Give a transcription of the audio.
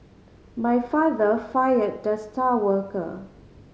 my father fired the star worker